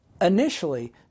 Initially